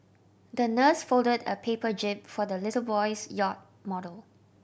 the nurse folded a paper jib for the little boy's yacht model